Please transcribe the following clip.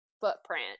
footprint